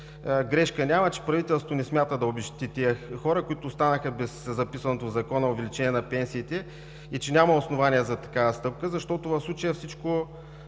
грешка няма, че правителството не смята да обезщети тези хора, които останаха без записаното в Закона увеличение на пенсиите и че няма основания за такава стъпка, защото в случая всичко,